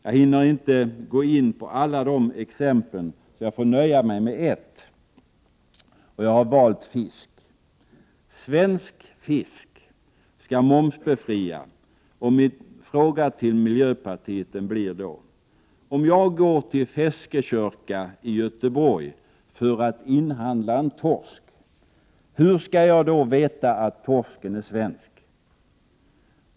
Jag hinner inte gå in på alla dessa exempel, jag får nöja mig med ett. Svensk fisk skall momsbefrias, och min fråga till miljöpartiet blir då: Om jag går till ”Feskekörka” i Göteborg för att inhandla en torsk, hur skall jag då veta att torsken är svensk?